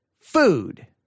food